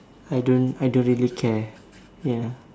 I don't I don't really care ya